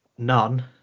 none